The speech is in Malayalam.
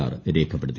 ആർ രേഖപ്പെടുത്തി